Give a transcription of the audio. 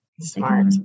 Smart